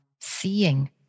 seeing